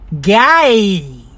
Gay